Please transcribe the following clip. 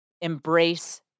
embrace